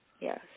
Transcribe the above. Yes